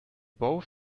both